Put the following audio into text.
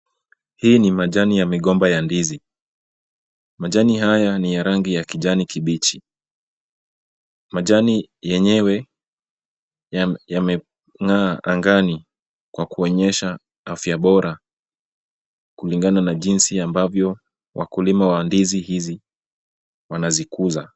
Hii ni majani ya migomba ya ndizi. Majani haya ni ya rangi ya kijani kibichi. Majani yenyewe, yameng'aa angani, kwa kuonyesha afya bora, kulingana na jinsi ambavyo wakulima wa ndizi hizi wanazikuza.